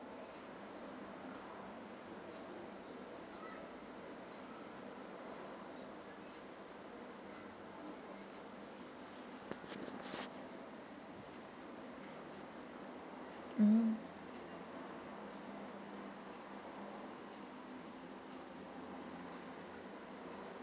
mm